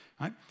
right